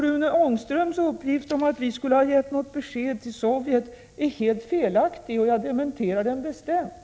Rune Ångströms uppgift om att vi skulle ha givit något besked till Sovjet är helt felaktig, och jag dementerar den bestämt.